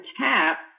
tap